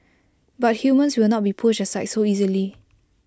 but humans will not be pushed aside so easily